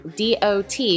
dot